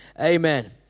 Amen